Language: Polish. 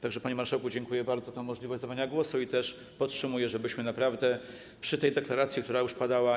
Tak że, panie marszałku, dziękuję bardzo za tę możliwość zabrania głosu i też podtrzymuję, żebyśmy naprawdę trwali przy tej deklaracji, która już padała.